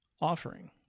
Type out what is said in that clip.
offering